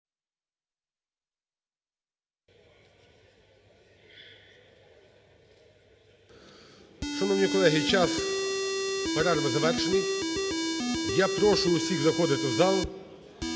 Шановні колеги, час перерви завершений. Я прошу усіх заходити в зал